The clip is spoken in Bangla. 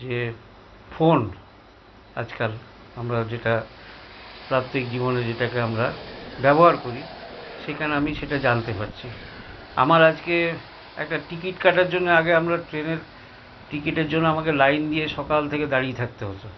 যে ফোন আজকাল আমরা যেটা প্রাত্যহিক জীবনে যেটাকে আমরা ব্যবহার করি সেখানে আমি সেটা জানতে পারছি আমার আজকে একটা টিকিট কাটার জন্য আগে আমরা ট্রেনের টিকিটের জন্য আমাকে লাইনে সকাল থেকে দাঁড়িয়ে থাকতে হতো